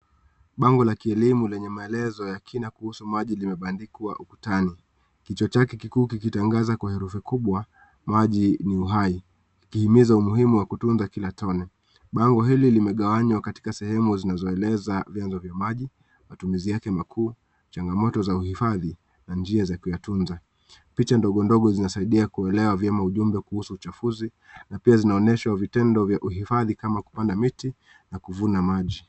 Bango la kielimu lenye maelezo ya kina kuhusu maji, limebandikwa ukutani. Kichwa chake kikuu kikitangaza kwa herufi kubwa, maji ni uhai, ikiimiza umuhimu wa kutunza kila tone. Bango hili limegawanywa katika sehemu zinazoeleza vyanzo vya maji, matumizi yake makuu, changamoto za uhifadhi na njia za kuyatunza. Picha ndogo ndogo zinasaidia kuelewa vyema ujumbe kuhusu uchafuzi na pia zinaonyesha vitendo vya uhifadhi kama kupanda miti na kuvuna maji.